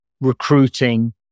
recruiting